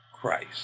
Christ